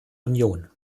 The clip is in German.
union